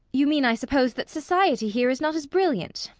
you mean, i suppose, that society here is not as brilliant?